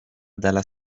dalla